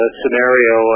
scenario